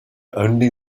only